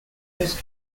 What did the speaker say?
west